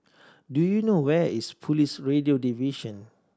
do you know where is Police Radio Division